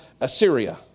Assyria